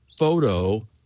photo